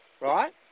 right